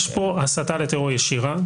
יש פה הסתה לטרור ישירה,